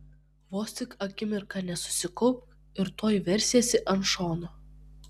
vos tik akimirką nesusikaupk ir tuoj versiesi ant šono